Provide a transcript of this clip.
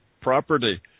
property